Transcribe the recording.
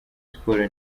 sports